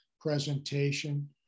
presentation